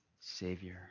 Savior